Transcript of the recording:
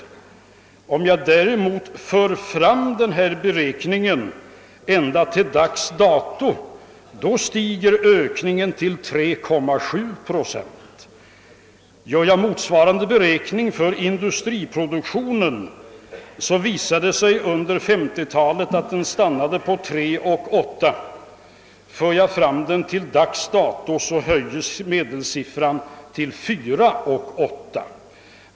Om jag däremot för fram beräkningen ända till dags dato, så stiger ökningen till 3,7 procent. Gör jag motsvarande beräkning för industriproduktionen, visar det sig att den under 1950-talet stannade vid 3,8 procent. För jag fram den till dags dato, stiger medelsiffran till 4,8 procent.